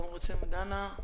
דנה,